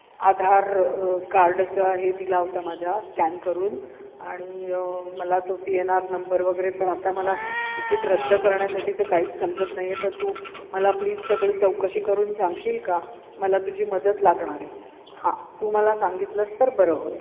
आधार कार्डचा हे दिला होता माझ्या स्कॅन करून आणि मला तो पी एन आर नंबर वगैरे पण आता मला तिकीट रद्द करण्यासाठीचं काहीच समजत नाही आहे तर तू मला प्लीज सगळी चौकशी करून सांगशील का मला तुझी मदत लागणार आहे हां तू मला सांगितलंस तर बरं होईल